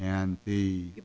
and the